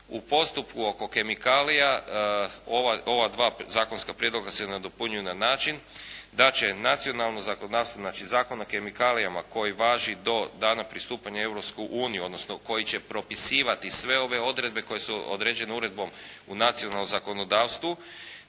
u postupku oko kemikalija ova dva zakonska prijedloga se nadopunjuju na način da će nacionalno zakonodavstvo, znači Zakon o kemikalijama koji važi do dana pristupanja u Europsku uniju, odnosno koji će propisivati sve ove odredbe koje su određene uredbom u nacionalnom zakonodavstvu,